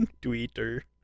Twitter